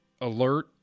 alert